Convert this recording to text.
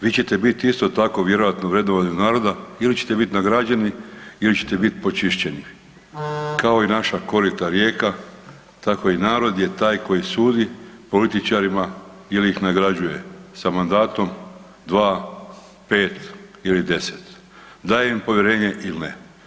Vi ćete biti isto tako vjerojatno vrednovani od naroda ili ćete biti nagrađeni ili ćete bit počišćeni kao i naša korita rijeka tako i narod je taj koji sudi političarima ili ih nagrađuje sa mandatom, dva, pet ili deset, daje im povjerenje ili ne.